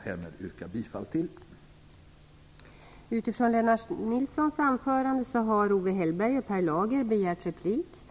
Härmed yrkar jag bifall till hemställan i betänkandet.